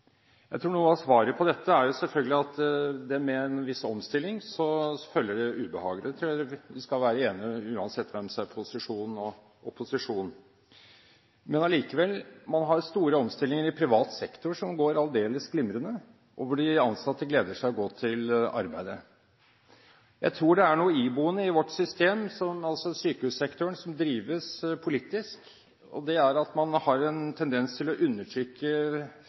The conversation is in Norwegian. Jeg tror noe av svaret selvfølgelig er at med en viss omstilling følger det ubehag – det tror jeg vi skal være enige om uansett hvem som er i posisjon og i opposisjon. Men allikevel – man har store omstillinger i privat sektor, som går aldeles glimrende, og hvor de ansatte gleder seg til å gå til arbeidet. Jeg tror det er noe iboende i vårt system, som sykehussektoren som drives politisk, nemlig at man har en tendens til å